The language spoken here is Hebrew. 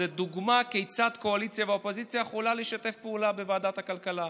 הוא דוגמה כיצד קואליציה ואופוזיציה יכולות לשתף פעולה בוועדת הכלכלה.